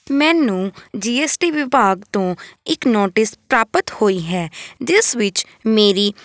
ਮੈਨੂੰ G S T ਵਿਭਾਗ ਤੋਂ ਇੱਕ ਨੋਟਿਸ ਪ੍ਰਾਪਤ ਹੋਈ ਹੈ ਜਿਸ ਵਿੱਚ ਮੇਰੀ